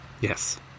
Yes